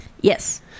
Yes